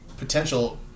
potential